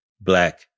Black